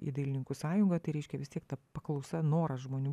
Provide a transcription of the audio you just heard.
į dailininkų sąjungą tai reiškia vis tiek ta paklausa noras žmonių